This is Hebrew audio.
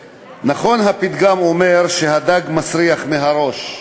נכון, הפתגם אומר שהדג מסריח מהראש,